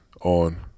on